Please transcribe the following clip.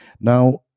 now